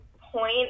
point